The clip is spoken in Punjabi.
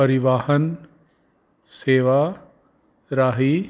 ਪਰੀਵਾਹਨ ਸੇਵਾ ਰਾਹੀਂ